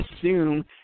assume